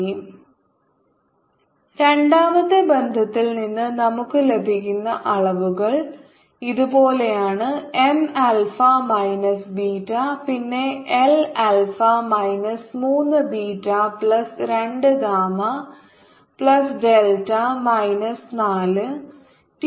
MT 1Mα β Lα 3β2γδ 4 T 2α3βI 2α2βγ രണ്ടാമത്തെ ബന്ധത്തിൽ നിന്ന് നമുക്ക് ലഭിക്കുന്ന അളവുകൾ ഇതുപോലെയാണ് എം ആൽഫ മൈനസ് ബീറ്റ പിന്നെ L alpha minus 3 beta plus 2 gamma plus delta minus 4